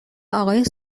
آقای